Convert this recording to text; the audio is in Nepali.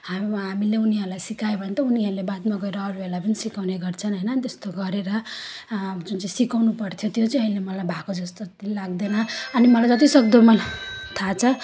हामी हामीले उनीहरूलाई सिकायो भने त उनीहरूले बादमा गएर अरूहरूलाई पनि सिकाउने गर्छन् होइन त्यस्तो गरेर जुन चाहिँ सिकाउनुपर्थ्यो त्यो चाहिँ अहिले मलाई भएको जस्तो चाहिँ लाग्दैन अनि मलाई जतिसक्दो मलाई थाहा छ